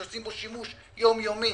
שעושים בו שימוש יום-יומי,